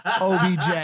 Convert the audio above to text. OBJ